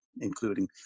including